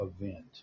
event